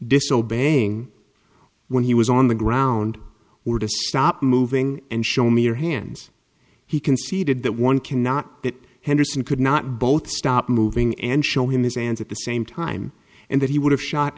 disobeying when he was on the ground were to stop moving and show me your hands he conceded that one cannot that henderson could not both stop moving and show him his and at the same time and that he would have shot